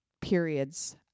periods